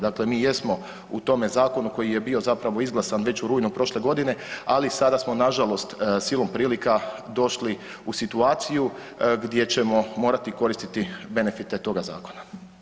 Dakle, mi jesmo u tome zakonu koji je bio zapravo izglasan već u rujnu prošle godine, ali i sada smo nažalost silom prilika došli u situaciju gdje ćemo morati koristiti benefite toga zakona.